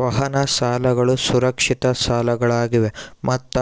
ವಾಹನ ಸಾಲಗಳು ಸುರಕ್ಷಿತ ಸಾಲಗಳಾಗಿವೆ ಮತ್ತ